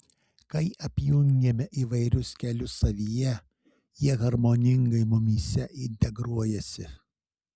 kai apjungiame įvairius kelius savyje jie harmoningai mumyse integruojasi